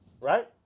right